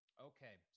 Okay